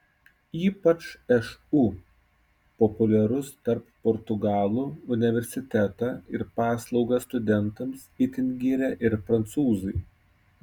ypač šu populiarus tarp portugalų universitetą ir paslaugas studentams itin giria ir prancūzai